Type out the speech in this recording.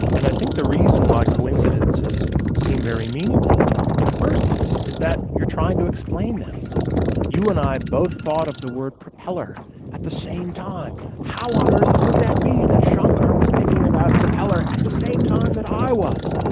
and i think the reason why coincidences seem very meaningful in the first place is that you're trying to explain them you and i both thought of the word propeller at the same time. how on earth could that be that shankar was thinking about propeller at the same time that i was?